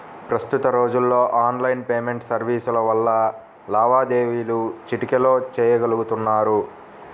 ప్రస్తుత రోజుల్లో online payment సర్వీసుల వల్ల లావాదేవీలు చిటికెలో చెయ్యగలుతున్నారు